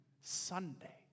Sunday